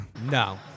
No